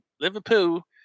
Liverpool